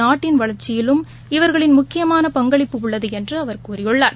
நாட்டின் வளர்ச்சியிலும் இவர்களின் முக்கியமான பங்களிப்பு உள்ளது என்று அவர் கூறியுள்ளார்